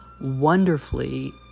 wonderfully